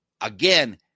again